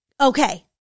Okay